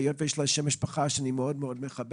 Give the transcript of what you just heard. היות ויש לה שם משפחה שאני מאוד מכבד,